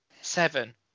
seven